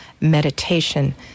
meditation